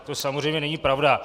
To samozřejmě není pravda.